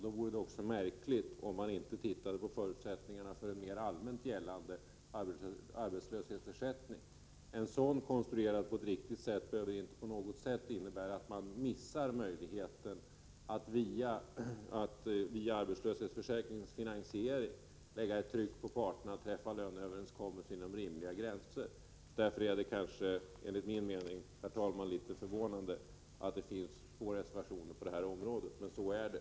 Det vore märkligt om man då inte tittade på förutsättningarna för en mer allmänt gällande arbetslöshetsersättning. En sådan, konstruerad på rätt sätt, behöver inte alls innebära att man missar möjligheten att via arbetslöshetsförsäkringens finansiering lägga ett tryck på parterna att träffa löneöverenskommelser inom rimliga gränser. Mot denna bakgrund är det enligt min mening, herr talman, litet förvånande att det finns två reservationer på denna punkt, men så är det.